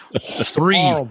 Three